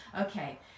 Okay